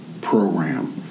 program